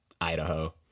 Idaho